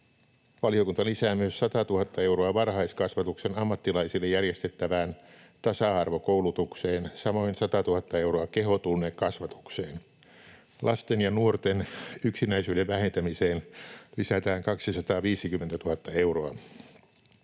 Valiokunta lisää myös 100 000 euroa varhaiskasvatuksen ammattilaisille järjestettävään tasa-arvokoulutukseen, samoin 100 000 euroa kehotunnekasvatukseen. Lasten ja nuorten yksinäisyyden vähentämiseen lisätään 250 000 euroa.